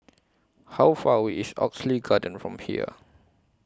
How Far away IS Oxley Garden from here